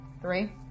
Three